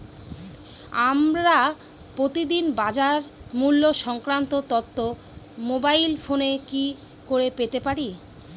আমরা প্রতিদিন বাজার মূল্য সংক্রান্ত তথ্য মোবাইল ফোনে কি করে পেতে পারি?